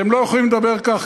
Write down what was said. אתם לא יכולים לדבר כך,